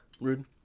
Rude